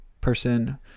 person